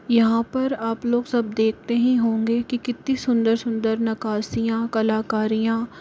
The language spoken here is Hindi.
यहाँ पर आप लोग सब देखते ही होंगे कि कितनी सुंदर सुंदर नक्काशियाँ कलाकारियाँ